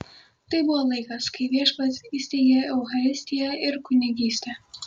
tai buvo laikas kai viešpats įsteigė eucharistiją ir kunigystę